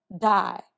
die